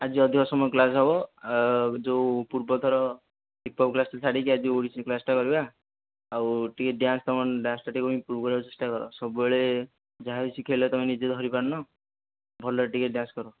ଆଜି ଅଧିକ ସମୟ କ୍ଳାସ୍ ହେବ ଆଉ ଯେଉଁ ପୂର୍ବଥର ହିପ୍ହପ୍ କ୍ଳାସ୍ଟା ଛାଡ଼ିକି ଆଜି ଓଡ଼ିଶୀ କ୍ଳାସ୍ଟା କରିବା ଆଉ ଟିକିଏ ଡ୍ୟାନ୍ସ ତୁମର ଡ୍ୟାନ୍ସଟା ଟିକିଏ ଇମ୍ପ୍ରୁଭ୍ କରିବାକୁ ଚେଷ୍ଟାକର ସବୁବେଳେ ଯାହା ବି ଶିଖାଇଲେ ତୁମେ ନିଜେ ଧରିପାରୁନ ଭଲରେ ଟିକେ ଡ୍ୟାନ୍ସ କର